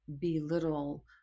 belittle